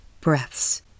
breaths